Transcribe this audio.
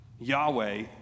Yahweh